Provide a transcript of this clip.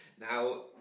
Now